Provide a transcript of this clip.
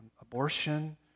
abortion